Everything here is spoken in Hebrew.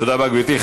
תודה רבה, גברתי.